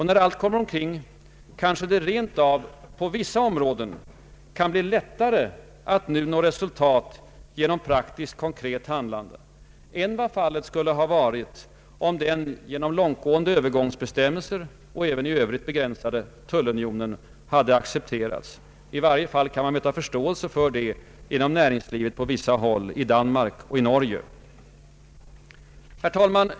När allt kommer omkring kanske det rentav på vissa områden kan bli lättare att nu nå resultat genom praktiskt konkret handlande än vad fallet skulle ha varit om den genom långtgående övergångsbestämmelser och även i övrigt begränsade tullunionen hade accepterats. I varje fall kan man möta förståelse härför inom näringslivet på vissa håll i Danmark och Norge. Herr talman!